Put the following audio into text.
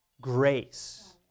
grace